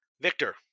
Victor